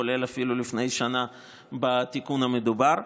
כולל אפילו לפני שנה בתיקון המדובר.